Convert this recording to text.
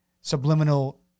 subliminal